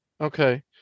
Okay